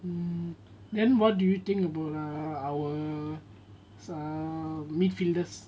hmm then what do you think err our err midfielders